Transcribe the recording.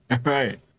right